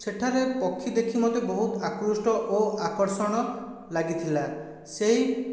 ସେଠାରେ ପକ୍ଷୀ ଦେଖି ମୋତେ ବହୁତ ଆକୃଷ୍ଟ ଓ ଆକର୍ଷଣ ଲାଗିଥିଲା ସେହି